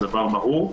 זה דבר ברור.